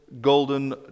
golden